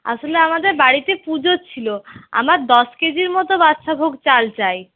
আসলে আমাদের বাড়িতে পুজো ছিলো আমার দশ কে জির মতো বাদশা ভোগ চাল চাই